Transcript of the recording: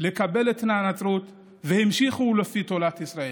לקבל את הנצרות והמשיכו לפי תורת ישראל.